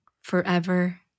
forever